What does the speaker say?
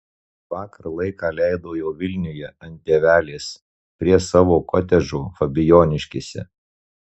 vakar laiką leido jau vilniuje ant pievelės prie savo kotedžo fabijoniškėse